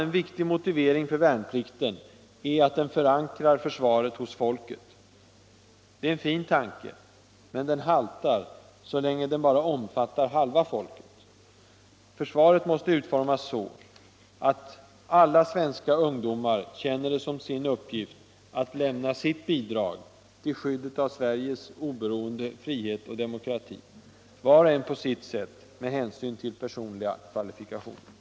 En viktig motivering för värnplikten är att den förankrar försvaret hos folket. Det är en fin tanke. Men den haltar så länge den bara omfattar halva folket. Försvaret måste utformas så att alla svenska ungdomar känner det som sin uppgift att lämna sitt bidrag till skyddet av Sveriges oberoende, frihet och demokrati — var och en på sitt sätt, med hänsyn till personliga kvalifikationer.